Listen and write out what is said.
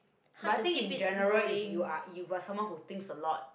but I think in general if you are you are someone who thinks a lot